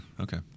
Okay